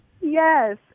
Yes